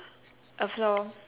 a floor